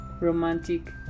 romantic